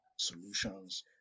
solutions